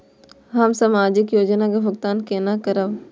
हम सामाजिक योजना के भुगतान केना करब?